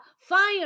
fire